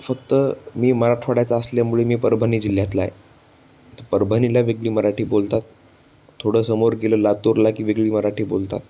फक्त मी मराठवाड्याचा असल्यामुळे मी परभणी जिल्ह्यातला आहे तर परभणीला वेगळी मराठी बोलतात थोडं समोर गेलं लातूरला की वेगळी मराठी बोलतात